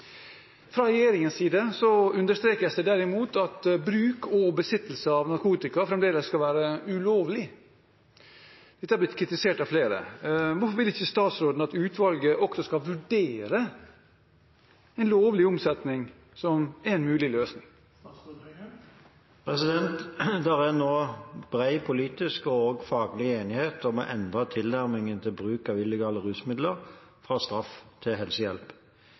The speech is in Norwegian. Fra regjeringens side understrekes det derimot at bruk og besittelse av narkotika fremdeles skal være ulovlig. Dette har blitt kritisert av flere. Hvorfor vil ikke statsråden at utvalget også skal vurdere lovlig omsetning som en mulig løsning?» Det er nå bred politisk og også faglig enighet om å endre tilnærmingen til bruk av illegale rusmidler fra straff til helsehjelp.